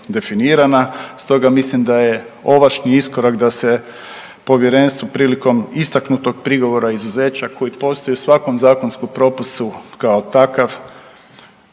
stoga mislim da je … /ne razumije se/ … iskorak da se Povjerenstvo prilikom istaknutog prigovora izuzeća koji postoji u svakom zakonskom propisu kao takav